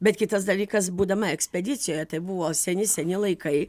bet kitas dalykas būdama ekspedicijoje tebuvo seni seni laikai